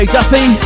Duffy